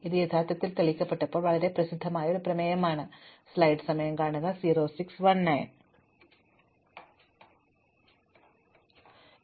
ഇപ്പോൾ ഇത് പരിഹരിക്കാനുള്ള എളുപ്പമുള്ള പ്രശ്നമല്ല ഇത് വർഷങ്ങളായി ഒരു തുറന്ന പ്രശ്നമായിരുന്നു ഇത് യഥാർത്ഥത്തിൽ തെളിയിക്കപ്പെട്ടപ്പോൾ വളരെ പ്രസിദ്ധമായ ഒരു പ്രമേയമാണ്